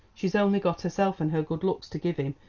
she's only got herself and her good looks to give him,